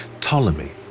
Ptolemy